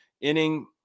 inning